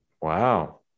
Wow